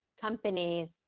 companies